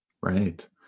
Right